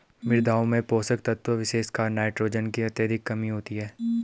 मृदाओं में पोषक तत्वों विशेषकर नाइट्रोजन की अत्यधिक कमी होती है